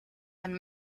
and